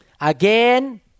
Again